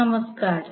നമസ്കാരം